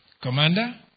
commander